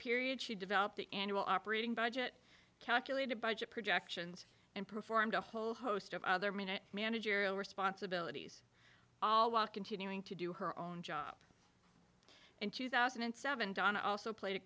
periods she developed the annual operating budget calculated budget projections and performed a whole host of other minor managerial responsibilities all while continuing to do her own job in two thousand and seven donna also played a